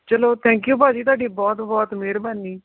ਚਲੋ thank you ਭਾਅ ਜੀ ਤੁਹਾਡੀ ਬਹੁਤ ਬਹੁਤ ਮਿਹਰਬਾਨੀ